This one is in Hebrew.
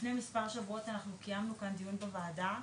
לפני מספר שבועות אנחנו קיימנו כאן דיון בוועדה,